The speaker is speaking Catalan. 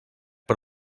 per